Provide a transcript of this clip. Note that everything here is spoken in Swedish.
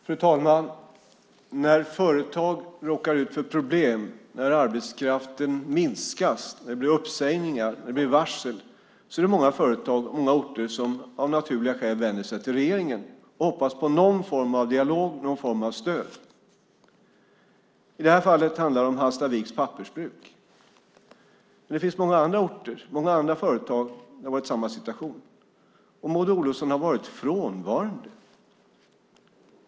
Fru talman! När företag råkar ut för problem, arbetskraften minskas och det blir uppsägningar och varsel är det många företag och orter som av naturliga skäl vänder sig till regeringen och hoppas på någon form av dialog och stöd. I det här fallet handlar det om Hallstaviks pappersbruk. Men det finns många andra orter och företag där det har varit samma situation, och Maud Olofsson har varit frånvarande.